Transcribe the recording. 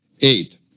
eight